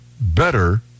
better